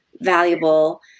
valuable